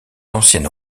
ancienne